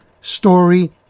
story